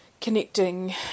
connecting